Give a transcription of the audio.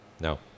No